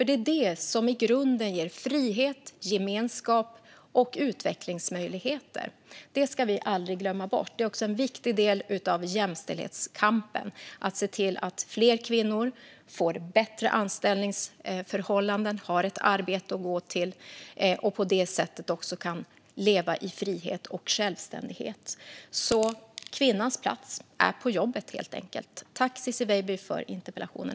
Det är detta som i grunden ger frihet, gemenskap och utvecklingsmöjligheter. Det ska vi aldrig glömma bort. Det är också en viktig del av jämställdhetskampen att se till att fler kvinnor får bättre anställningsförhållanden, har ett arbete att gå till och på det sättet också kan leva i frihet och självständighet. Kvinnans plats är på jobbet, helt enkelt. Tack, Ciczie Weidby, för interpellationen!